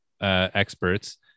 experts